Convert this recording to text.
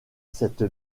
cette